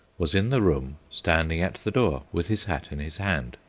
was in the room standing at the door with his hat in his hand,